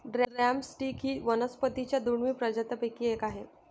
drum stick ही वनस्पतीं च्या दुर्मिळ प्रजातींपैकी एक आहे